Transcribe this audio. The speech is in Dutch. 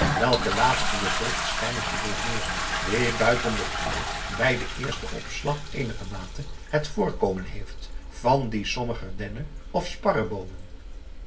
welke laatste de vrucht schijnen te doorboren die buiten de kleur bij den eersten opslag eenigermate het voorkomen heeft van die sommiger denne of sparreboomen